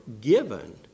given